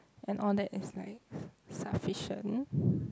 and all that is like s~ sufficient